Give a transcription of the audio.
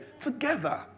together